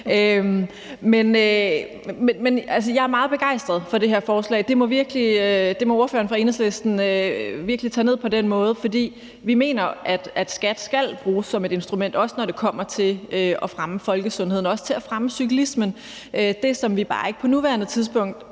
Jeg er meget begejstret for det her forslag. Det må ordføreren fra Enhedslisten virkelig tage ned på den måde. For vi mener, at skat skal bruges som et instrument, også når det kommer til at fremme folkesundheden og også fremme cyklismen. Det, som vi bare ikke på nuværende tidspunkt